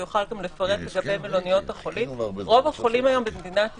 הוא יוכל לפרט לגבי מלוניות החולים רוב החולים היום במדינת ישראל,